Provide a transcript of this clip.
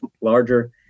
larger